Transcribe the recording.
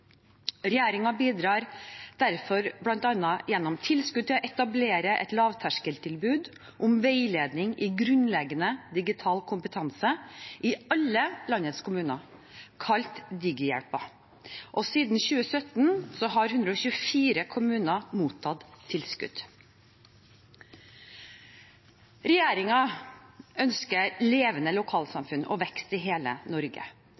bidrar derfor bl.a. gjennom tilskudd til å etablere et lavterskeltilbud om veiledning i grunnleggende digital kompetanse i alle landets kommuner, kalt Digihjelpen. Siden 2017 har 124 kommuner mottatt tilskudd. Regjeringen ønsker levende lokalsamfunn og vekst i hele Norge.